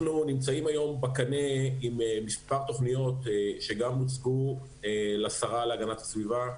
אנחנו נמצאים היום בקנה עם מספר תוכניות שגם הוצגו לשרה להגנת הסביבה,